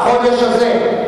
החודש הזה.